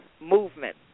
movement